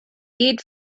did